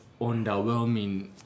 underwhelming